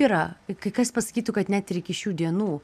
yra kai kas pasakytų kad net ir iki šių dienų